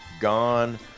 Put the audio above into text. Gone